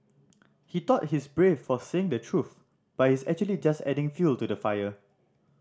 he thought he's brave for saying the truth but he's actually just adding fuel to the fire